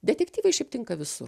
detektyvai šiaip tinka visur